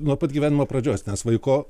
nuo pat gyvenimo pradžios nes vaiko